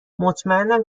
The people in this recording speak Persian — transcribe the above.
مطمئنم